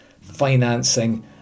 financing